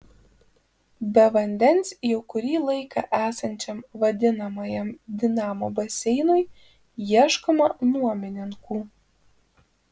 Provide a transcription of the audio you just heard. be vandens jau kurį laiką esančiam vadinamajam dinamo baseinui ieškoma nuomininkų